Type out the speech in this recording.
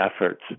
efforts